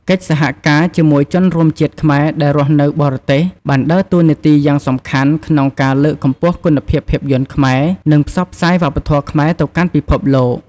កិច្ចសហការជាមួយជនរួមជាតិខ្មែរដែលរស់នៅបរទេស បានដើរតួនាទីយ៉ាងសំខាន់ក្នុងការ លើកកម្ពស់គុណភាពភាពយន្តខ្មែរ និង ផ្សព្វផ្សាយវប្បធម៌ខ្មែរ ទៅកាន់ពិភពលោក។